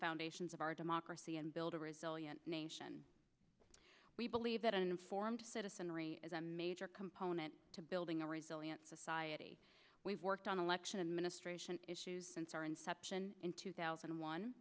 foundations of our democracy and build a resilient nation we believe that an informed citizenry is a major component to building a resilient society we've worked on election administration issues since our inception in two thousand and one